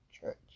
Church